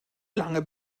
lange